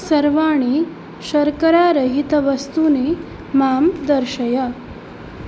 सर्वाणि शर्करारहितवस्तूनि वस्तूनि मां दर्शय